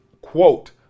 Quote